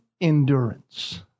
endurance